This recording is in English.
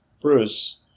Bruce